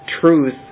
truth